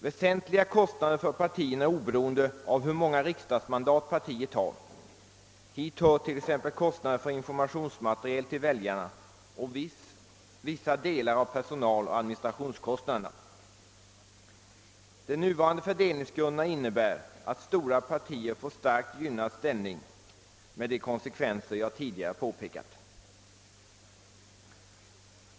Väsentliga kostnader för partierna är oberoende av hur många riksdagsmandat partiet har. Hit hör t.ex. kostnader för informationsmaterial till väljarna och vissa delar av personaloch administrationskostnaderna. De nuvarande fördelningsgrunderna innebär att stora partier får en starkt gynnad ställning med de konsekvenser som tidigare påpekats.